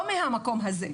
לא מהמקום הזה,